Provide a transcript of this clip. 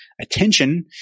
attention